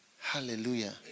Hallelujah